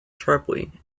sharply